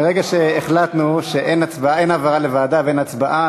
מרגע שהחלטנו שאין העברה לוועדה ואין הצבעה,